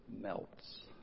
melts